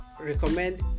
recommend